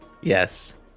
Yes